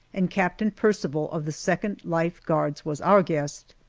and captain percival of the second life guards was our guest.